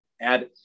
add